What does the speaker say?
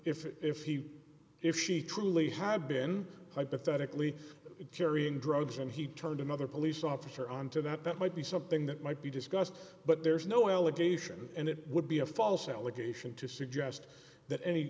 if if he if she truly had been hypothetically carrying drugs and he turned another police officer on to that that might be something that might be discussed but there's no allegation and it would be a false allegation to suggest that any